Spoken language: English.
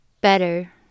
better